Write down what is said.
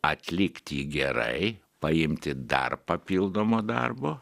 atlikt jį gerai paimti dar papildomo darbo